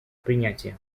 принятия